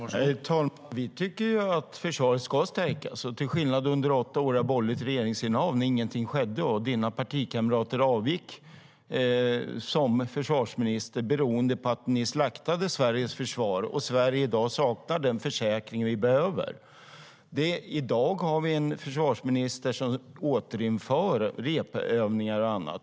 Herr talman! Vi tycker att försvaret ska stärkas, till skillnad från vad ni gjorde under åtta år av borgerligt regeringsinnehav när inget skedde och dina partikamrater avgick som försvarsministrar, Andreas Norlén, på grund av att ni slaktade Sveriges försvar så att Sverige i dag saknar den försäkring vi behöver. I dag har vi en försvarsminister som återinför repövningar och annat.